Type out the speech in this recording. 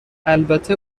البته